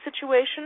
situation